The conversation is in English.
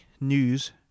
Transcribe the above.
news